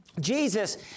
Jesus